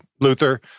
Luther